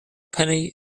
penny